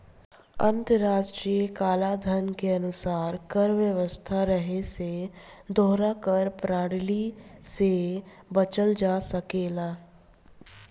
अंतर्राष्ट्रीय कलाधन के अनुसार कर व्यवस्था रहे से दोहरा कर प्रणाली से बचल जा सकेला